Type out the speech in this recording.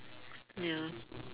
ya